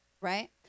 Right